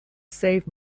save